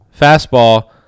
fastball